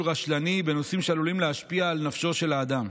רשלני בנושאים שעלולים להשפיע על נפשו של אדם.